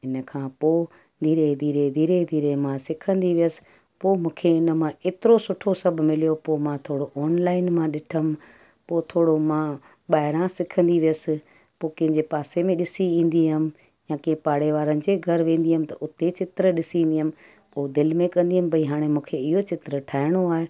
इन खां पोइ धीरे धीरे धीरे धीरे मां सिखंदी वियसि पोइ मूंखे इन मां एतिरो सुठो सभु मिलियो पोइ मां थोरो ऑनलाइन मां ॾिठमि पोइ थोरो मां ॿाहिरां सिखंदी वियसि पोइ कंहिंजे पासे में ॾिसी ईंदी हुअमि या कंहिं पाड़े वारनि जे घर वेंदी हुअमि त उते चित्र ॾिसी ईंदी हुअमि पोइ दिलि में कंदी हुअमि भई हाणे मूंखे इहो चित्र ठाहिणो आहे